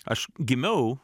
aš gimiau